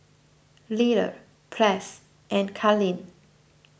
Lyle Press and Kalene